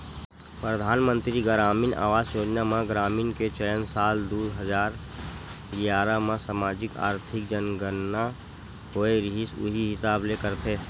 परधानमंतरी गरामीन आवास योजना म ग्रामीन के चयन साल दू हजार गियारा म समाजिक, आरथिक जनगनना होए रिहिस उही हिसाब ले करथे